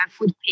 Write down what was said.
food